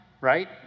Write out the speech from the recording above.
right